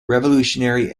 revolutionary